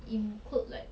include like